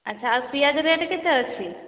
ଆଛା ଆଉ ପିଆଜ ରେଟ୍ କେତେ ଅଛି